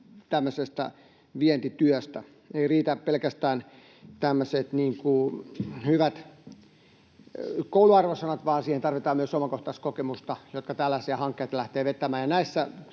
tämmöisestä vientityöstä. Eivät riitä pelkästään tämmöiset hyvät kouluarvosanat, vaan siihen tarvitaan myös omakohtaiskokemusta niiltä, jotka tällaisia hankkeita lähtevät vetämään,